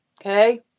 Okay